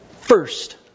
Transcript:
first